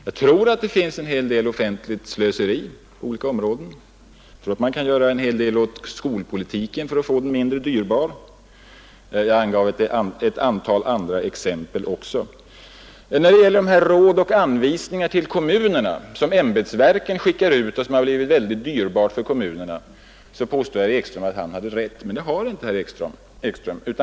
Jag tror att det finns en hel del offentligt slöseri på olika områden, vidare tror jag att man kan göra en hel del åt skolpolitiken för att få den mindre dyrbar, och jag angav också ett antal andra exempel. När det gäller råd och anvisningar till kommunerna som ämbetsverken skickar ut — något som har blivit mycket dyrbart för kommunerna — påstår herr Ekström att han hade rätt, men det har inte herr Ekström.